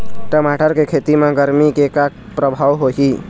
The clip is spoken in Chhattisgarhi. टमाटर के खेती म गरमी के का परभाव होही?